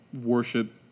worship